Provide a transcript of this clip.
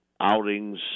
outings